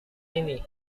ini